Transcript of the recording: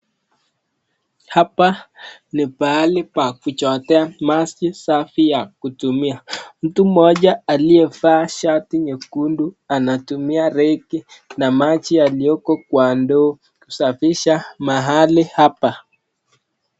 Hapa ni pahali pa kuchotea maji safi ya kutumia. Mtu mmoja aliyevaa shati nyekundu anatumia reki na maji yaliyoko kwa ndoo kusafisha mahali hapa.